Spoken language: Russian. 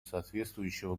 соответствующего